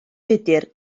budr